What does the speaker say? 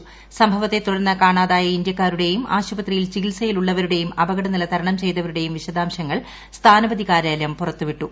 സ്ട്രെട്ടവത്തെ തുടർന്ന് കാണാതായ ഇന്ത്യാക്കാരുടെയും ആശുപത്രിയിൽ ചികിൽസയിലുള്ളവരുടെയും അപകടനില തരണം ചെയ്തവരുടെയും വിശദാംശങ്ങൾ സ്ഥാനപതി കാര്യാലയം പുറത്തുവിട്ടു